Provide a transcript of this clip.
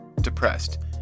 depressed